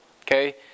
Okay